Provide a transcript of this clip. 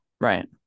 Right